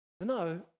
No